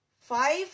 five